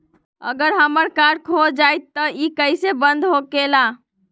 अगर हमर कार्ड खो जाई त इ कईसे बंद होकेला?